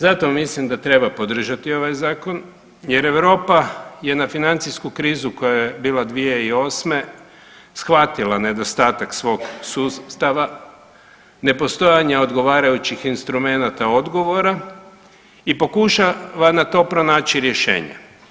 Zato mislim da treba podržati ovaj zakon, jer Europa je na financijsku krizu koja je bila 2008. shvatila nedostatak svog sustava, nepostojanja odgovarajućih instrumenata odgovora i pokušava na to pronaći rješenje.